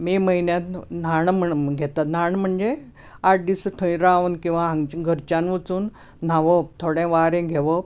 मे म्हयन्याक न्हाण म्हण घेतात न्हाण म्हणजे आठ दीस थंय रावन किंवा घरच्यान वचून न्हावप थोडे वारें घेवप